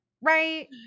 Right